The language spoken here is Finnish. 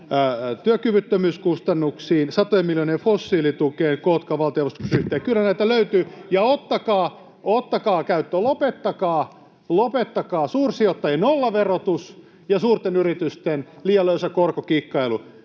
työkyvyttömyyskustannuksiin, satojen miljoonien fossiilitukeen, kootkaa valtionavustus yhteen — kyllä näitä löytyy, ja ottakaa käyttöön. Lopettakaa suursijoittajien nollaverotus ja suurten yritysten liian löysä korkokikkailu.